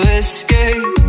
escape